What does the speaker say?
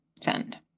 Send